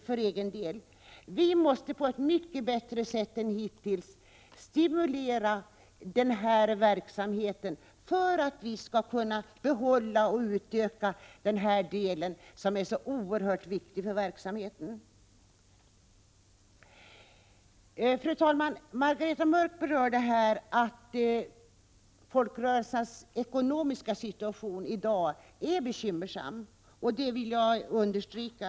Riksdagen måste på ett mycket bättre sätt än hittills stimulera denna oerhört viktiga verksamhet, så att den kan fortsätta och även utökas. Fru talman! Margareta Mörck sade här i talarstolen att folkrörelsernas ekonomiska situation i dag är bekymmersam, och det vill jag understryka.